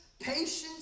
patience